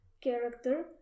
character